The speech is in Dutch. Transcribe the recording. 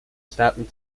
staten